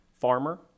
farmer